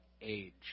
age